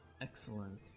Excellent